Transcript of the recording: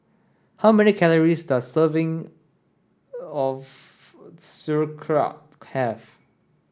how many calories does serving of Sauerkraut have